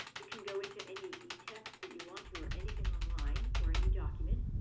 you can go into any e-text that you want to, or anything online, or any document,